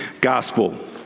gospel